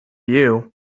you